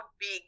big